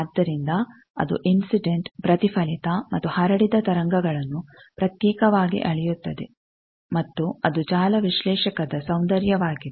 ಆದ್ದರಿಂದ ಅದು ಇನ್ಸಿಡೆಂಟ್ ಪ್ರತಿಫಲಿತ ಮತ್ತು ಹರಡಿದ ತರಂಗಗಳನ್ನು ಪ್ರತ್ಯೇಕವಾಗಿ ಅಳೆಯುತ್ತದೆ ಮತ್ತು ಅದು ಜಾಲ ವಿಶ್ಲೇಷಕದ ಸೌಂದರ್ಯವಾಗಿದೆ